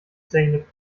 zeynep